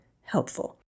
helpful